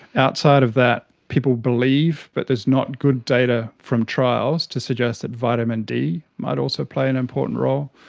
outside of that, people believe but there is not good data from trials to suggest that vitamin d might also play an important role.